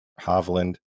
hovland